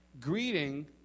Greeting